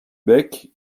bec